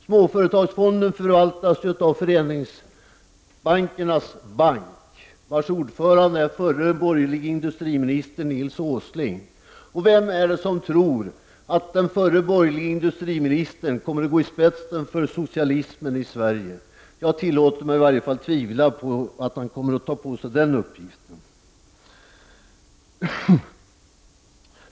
Småföretagsfonden förvaltas ju av Föreningsbankernas bank, vars ordförande är förre borgerlige industriministern Nils G Åsling. Vem kan tro att den förre borgerlige industriministern kommer att gå i spetsen för ett införande av socialismen i Sverige? Jag tillåter mig att tvivla på att han tar på sig den uppgiften.